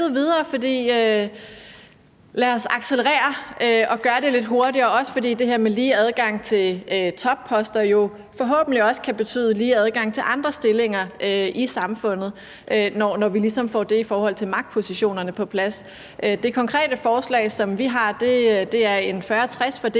lad os accelerere og gøre det lidt hurtigere, også fordi det her med lige adgang til topposter jo forhåbentlig også kan betyde lige adgang til andre stillinger i samfundet, når vi ligesom får det i forhold til magtpositionerne på plads. Det konkrete forslag, som vi har, er en 40-60-fordeling